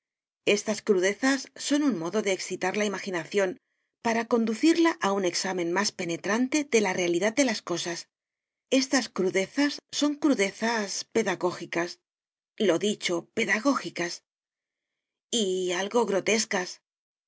estas crudezas son un modo de excitar la imaginación para conducirla a un examen más penetrante de la realidad de las cosas estas crudezas son crudezas pedagógicas lo dicho pedagógicas y algo grotescas